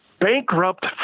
bankrupt